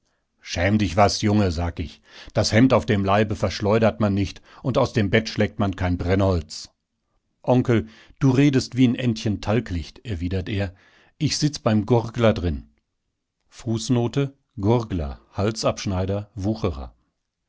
schäm dich was junge sag ich das hemd auf dem leib verschleudert man nicht und aus dem bett schlägt man kein brennholz onkel du redest wie'n endchen talglicht erwidert er ich sitz beim gurgler gurgler halsabschneider wucherer